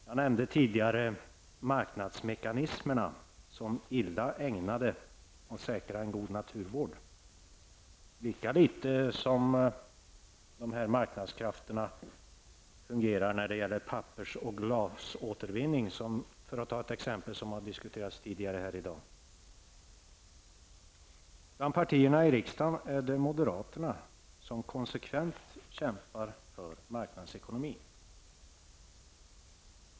Jag nämnde tidigare marknadsmekanismerna som illa ägnade att säkra en god naturvård, lika litet som dessa marknadskrafter fungerar när det gäller pappers och glasåtervinning, för att ta exempel som har diskuterats tidigare i dag. Bland partierna i riksdagen är det moderaterna som konsekvent kämpar för marknadsekonomin.